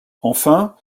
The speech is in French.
enfin